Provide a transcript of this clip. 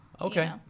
Okay